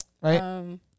right